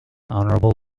honourable